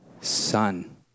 son